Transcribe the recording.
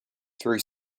through